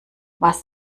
was